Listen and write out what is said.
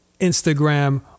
Instagram